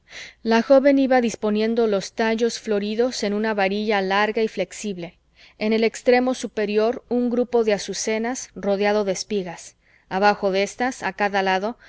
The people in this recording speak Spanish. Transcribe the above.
la joven iba disponiendo los tallos floridos en una varilla larga y flexible en el extremo superior un grupo de azucenas rodeado de espigas abajo de éstas a cada lado